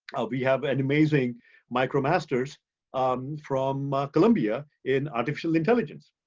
we have an amazing micromasters um from ah columbia in artificial intelligence.